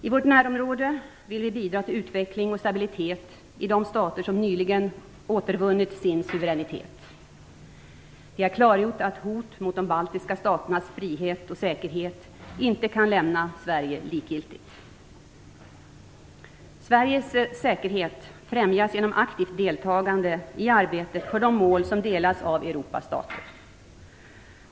I vårt närområde vill vi bidra till utveckling och stabilitet i de stater som nyligen återvunnit sin suveränitet. Vi har klargjort att hot mot de baltiska staternas frihet och säkerhet inte kan lämna Sverige likgiltigt. Sveriges säkerhet främjas genom aktivt deltagande i arbetet för de mål som delas av Europas stater.